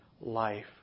life